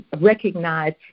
recognize